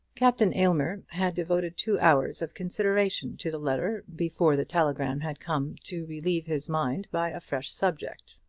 captain aylmer had devoted two hours of consideration to the letter before the telegram had come to relieve his mind by a fresh subject,